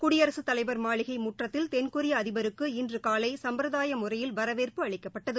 குடியரசுத் தலைவர் மாளிகை முற்றத்தில் தென்கொரிய அதிபருக்கு இன்று காலை சம்பர்தாய முறையில் வரவேற்பு அளிக்கப்பட்டது